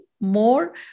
more